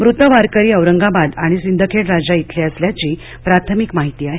मृत वारकरी औरंगाबाद आणि सिंदखेड राजा खिले असल्याची प्राथमिक माहिती आहे